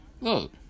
Look